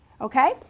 Okay